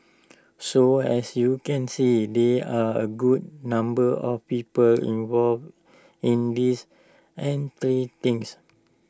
so as you can see there are A good number of people involved in this entire things